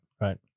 right